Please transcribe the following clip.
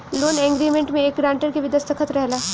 loan agreement में एक grantor के भी दस्तख़त रहेला